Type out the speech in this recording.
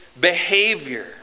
behavior